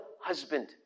husband